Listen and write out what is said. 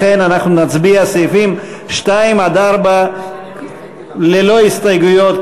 לכן אנחנו נצביע על סעיפים 2 4 ללא הסתייגויות,